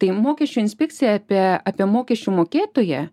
tai mokesčiu inspekcija apie apie mokesčių mokėtoją